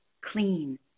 clean